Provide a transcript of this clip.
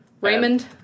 Raymond